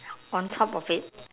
on top of it